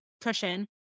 cushion